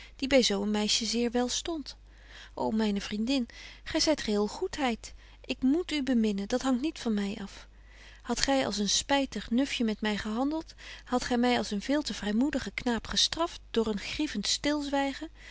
die by zo een meisje zeer wel stondt ô myne vriendin gy zyt geheel goedheid ik moet u beminnen dat hangt niet van my af hadt gy als een spytig nufje met my gehandelt hadt gy my als een veel te vrymoedigen knaap gestraft door een grievent